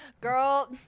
Girl